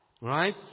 right